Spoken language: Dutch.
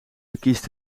verkiest